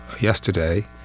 yesterday